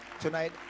Tonight